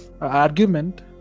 argument